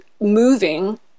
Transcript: moving